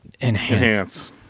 enhance